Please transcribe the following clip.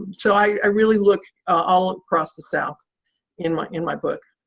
so i really look all across the south in my in my book.